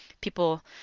people